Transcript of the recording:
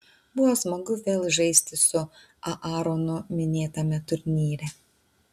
buvo smagu vėl žaisti su aaronu minėtame turnyre